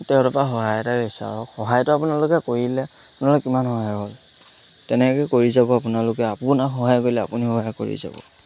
তেওঁলোকৰপৰা সহায় এটাই বিচাৰক সহায়টো আপোনালোকে কৰিলে আপোনালোকৰ কিমান সহায় হ'ল তেনেকৈ কৰি যাব আপোনালোকে আপোনাৰ সহায় কৰিলে আপুনি সহায় কৰি যাব